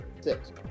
Six